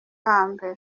hambere